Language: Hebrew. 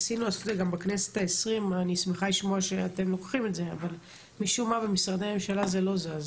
ניסינו לעשות את זה בכנסת אבל משום מה במשרדי הממשלה זה לא זז